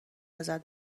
ازت